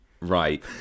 right